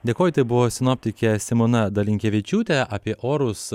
dėkoju tai buvo sinoptikė simona dalinkevičiūtė apie orus